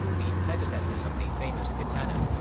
the predecessors of the famous katana,